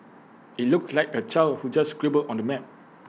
IT looks like A child who just scribbled on the map